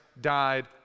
died